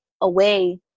away